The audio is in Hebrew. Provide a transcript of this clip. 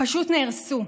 פשוט נהרסו.